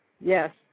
Yes